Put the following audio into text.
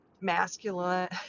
masculine